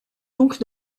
donc